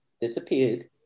disappeared